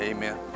Amen